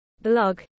blog